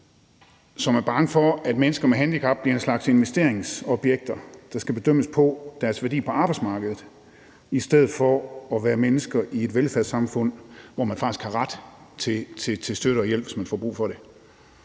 som er bange for, at mennesker med handicap bliver en slags investeringsobjekter, der skal bedømmes på deres værdi på arbejdsmarkedet, i stedet for at være mennesker i et velfærdssamfund, hvor man faktisk har ret til støtte og hjælp, hvis man får brug for det,